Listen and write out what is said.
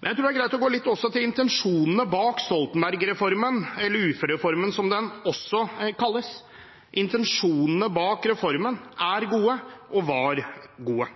Jeg tror det er greit å gå litt til intensjonene bak Stoltenberg-reformen – eller uførereformen, som den også kalles. Intensjonene bak reformen er og var gode.